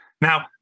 now